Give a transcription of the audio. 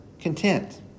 content